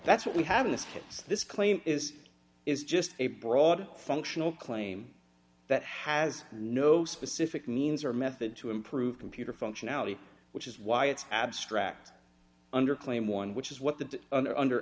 that's what we have in this hits this claim is is just a broad functional claim that has no specific means or method to improve computer functionality which is why it's abstract under claim one which is what the under